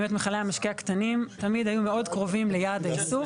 באמת מכלי המשקה הקטנים תמיד היו מאוד קרובים ליעד האיסוף,